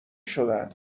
شدن